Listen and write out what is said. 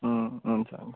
उम् हुन्छ हुन्छ